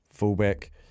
fullback